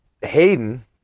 Hayden